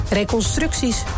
reconstructies